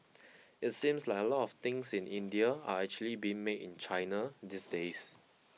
it seems like a lot of things in India are actually being made in China these days